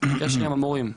קשר עם המורים.